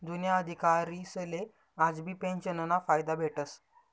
जुना अधिकारीसले आजबी पेंशनना फायदा भेटस